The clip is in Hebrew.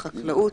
חקלאות,